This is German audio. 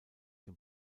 dem